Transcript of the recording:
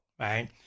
Right